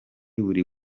buri